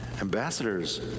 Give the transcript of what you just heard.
Ambassadors